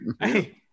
Hey